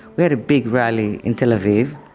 we had a big rally in tel aviv.